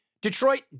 Detroit